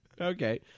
Okay